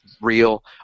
real